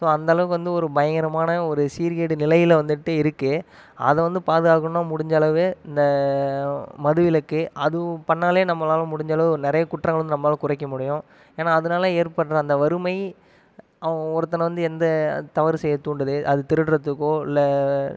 so அந்தளவுக்கு வந்து ஒரு பயங்கரமான ஒரு சீர்கேடு நிலையில் வந்துட்டு இருக்குது அதை வந்து பாதுகாக்கணும்னா முடிஞ்சளவு இந்த மது விலக்கு அது பண்னிணாலே நம்மளால் முடிஞ்சளவு நிறைய குற்றங்கள் வந்து நம்மளால குறைக்க முடியும் ஏன்னால் அதனால் ஏற்படுகிற அந்த வறுமை அவன் ஒருத்தனை வந்து எந்த தவறு செய்ய தூண்டுது அது திருடுறத்துக்கோ இல்லை